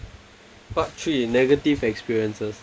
part three negative experiences